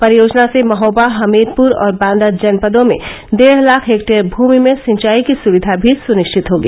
परियोजना से महोबा हमीरपुर और बादा जनपदों में डेढ़ लाख हेक्टेयर भूमि में सिंचाई की सुविधा भी सुनिश्चित होगी